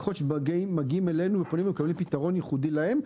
לקוחות שמגיעים אלינו מקבלים פתרון ייחודי להם.